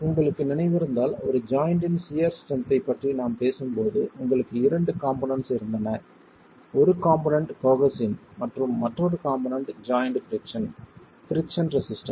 உங்களுக்கு நினைவிருந்தால் ஒரு ஜாய்ண்ட்டின் சியர் ஸ்ட்ரென்த்தைப் பற்றி நாம் பேசும்போது உங்களுக்கு இரண்டு காம்போனென்ட்ஸ் இருந்தன ஒரு காம்போனென்ட் கோஹெஸின் மற்றும் மற்றொரு component joint friction friction resistance